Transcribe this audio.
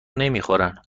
نمیخورن